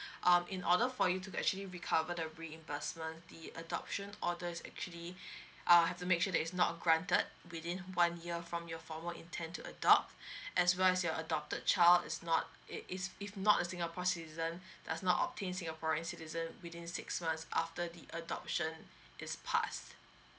um in order for you to actually recover the reimbursement the adoption orders actually uh have to make sure that it's not granted within one year from your former intent to adopt as well as your adopted child is not it is if not a singapore citizen does not obtain singaporean's citizen within six months after the adoption is passed